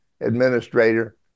administrator